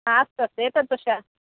अस्तु अस्तु एतद् पश्य